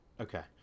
okay